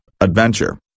adventure